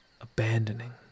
abandoning